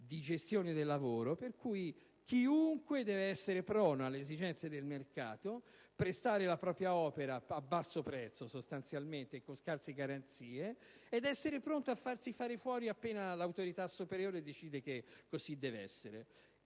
di gestione del lavoro, per cui chiunque deve essere prono alle esigenze del mercato, prestare la propria opera a basso prezzo e con scarse garanzie ed essere pronto a farsi fare fuori appena l'autorità superiore decide che così deve essere: